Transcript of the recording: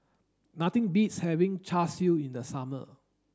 nothing beats having Char Siu in the summer